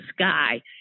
sky